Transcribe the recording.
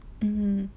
mmhmm